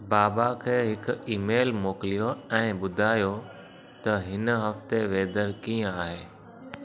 बाबा खे हिकु ईमेल मोकिलियो ऐं ॿुधायो त हिन हफ़्ते वेदर कीअं आहे